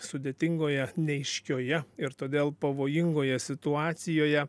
sudėtingoje neaiškioje ir todėl pavojingoje situacijoje